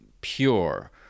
pure